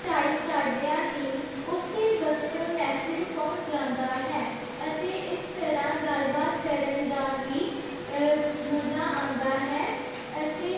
type ਕਰਦਿਆਂ ਹੀ ਉਸੇ ਵਕਤ ਮੈਸੇਜ ਪਹੁੰਚ ਜਾਂਦਾ ਹੈ ਅਤੇ ਇਸ ਤਰ੍ਹਾਂ ਗੱਲਬਾਤ ਕਰਨ ਦਾ ਵੀ ਮਜ਼ਾ ਆਉਂਦਾ ਹੈ ਅਤੇ